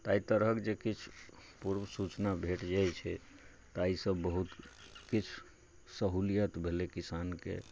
तऽ एहि तरहक जे किछु पूर्व सूचना भेट जाय छै तऽ एहिसँ बहुत किछु सहूलियत भेलै किसानकेँ